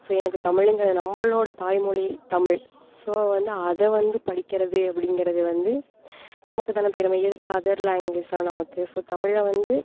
so எனக்கு தமிழுங்க நம்மளோடய தாய்மொழி தமிழ் ஸோ வந்து அதை வந்து படிக்கிறது அப்படிங்கிறது வந்து நமக்கு தானே பெருமை எதுக்கு அதர் லேங்குவேஜ்லாம் நமக்கு ஸோ தமிழை வந்து